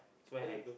so where I go